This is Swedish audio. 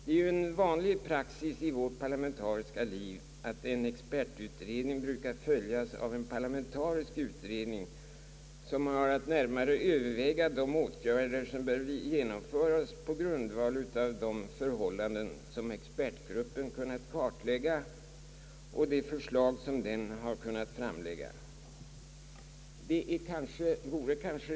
I vårt parlamentariska liv är det ju mycket vanligt att en expertutredning följs av en parlamentarisk utredning, som har att närmare överväga de åtgärder man bör genomföra på grundval av expertgruppens kartläggning och förslag. Det vore kanske riktigt att tillämpa denna praxis även här.